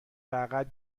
فقط